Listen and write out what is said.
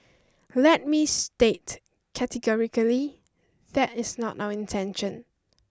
let me state categorically that is not our intention